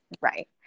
Right